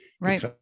right